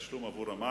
חבר הכנסת מאיר